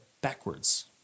backwards